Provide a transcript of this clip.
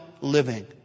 living